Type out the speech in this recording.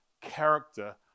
character